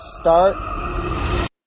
start